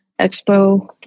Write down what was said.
Expo